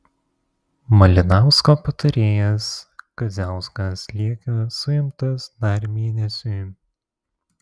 malinausko patarėjas kadziauskas lieka suimtas dar mėnesiui